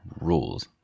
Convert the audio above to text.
rules